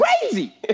crazy